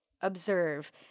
observe